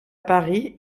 paris